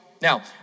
Now